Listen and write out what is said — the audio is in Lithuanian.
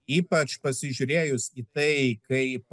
ypač pasižiūrėjus į tai kaip